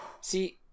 See